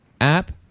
app